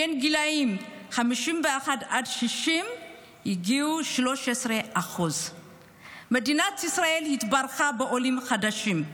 בין הגילים 51 ו-60 הגיעו 13%. מדינת ישראל התברכה בעולים חדשים,